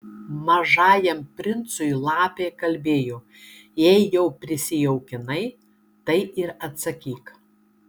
mažajam princui lapė kalbėjo jei jau prisijaukinai tai ir atsakyk